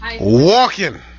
Walking